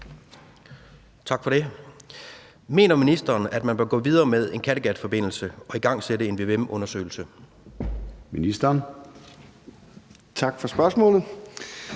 Tak for det. Mener ministeren, at man bør gå videre med en Kattegatforbindelse og igangsætte en vvm-undersøgelse? Kl. 14:26 Formanden